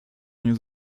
nie